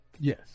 Yes